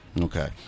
Okay